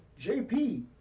JP